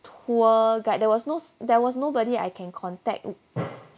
tour guide there was no there was nobody I can contact